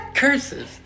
Curses